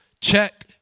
check